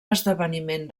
esdeveniment